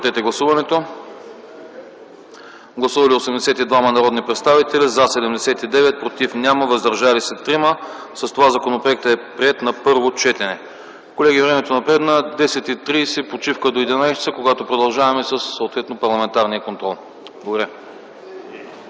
Моля, гласувайте. Гласували 82 народни представители: за 79, против няма, въздържали се 3. С това законопроектът е приет на първо четене. Колеги, времето напредна – 10,30 ч. Почивка до 11,00 ч., когато продължаваме съответно с парламентарен контрол. Благодаря.